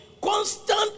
constant